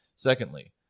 Secondly